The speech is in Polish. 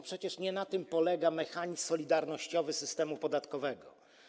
Przecież nie na tym polega mechanizm solidarnościowy systemu podatkowego.